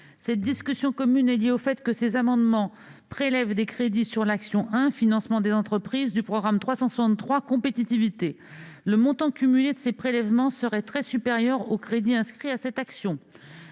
Cette discussion commune est liée au fait que ces amendements, traitant de thématiques variées, prélèvent des crédits sur l'action n° 01, Financement des entreprises, du programme 363, « Compétitivité ». Le montant cumulé de ces prélèvements serait très supérieur aux crédits inscrits à cette action.